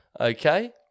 Okay